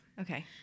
Okay